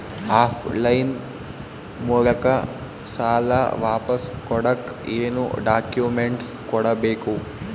Of line ಮೂಲಕ ಸಾಲ ವಾಪಸ್ ಕೊಡಕ್ ಏನು ಡಾಕ್ಯೂಮೆಂಟ್ಸ್ ಕೊಡಬೇಕು?